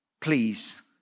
please